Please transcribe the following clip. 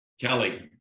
Kelly